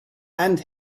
and